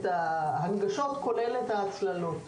כולל את ההצללות.